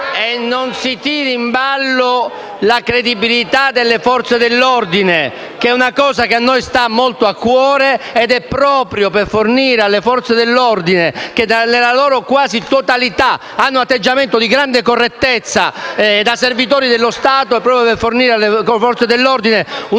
e non si tiri in ballo la credibilità delle Forze dell'ordine, che è una cosa che a noi sta molto a cuore ed è proprio per fornire alle Forze dell'ordine, che nella loro quasi totalità hanno atteggiamento di grande correttezza e da servitori dello Stato, uno strumento ulteriore di garanzia